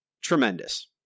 tremendous